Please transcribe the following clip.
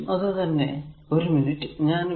ഇതിലും അത് തന്നെ ഒരു മിനിറ്റ്